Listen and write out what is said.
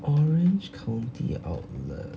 orange county outlet